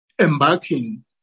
embarking